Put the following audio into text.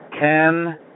ten